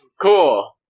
Cool